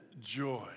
joy